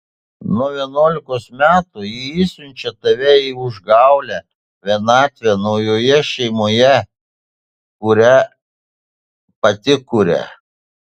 nuo vienuolikos metų ji išsiunčia tave į užgaulią vienatvę naujoje šeimoje kurią pati kuria